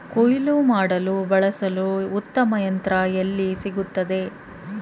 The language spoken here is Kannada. ಕುಯ್ಲು ಮಾಡಲು ಬಳಸಲು ಉತ್ತಮ ಯಂತ್ರ ಎಲ್ಲಿ ಸಿಗುತ್ತದೆ?